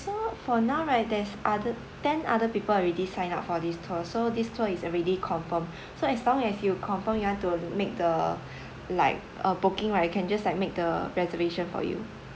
so for now right there's other ten other people already signed up for this tour so this tour is already confirmed so as long as you confirm you want to make the like uh booking right I can just like make the reservation for you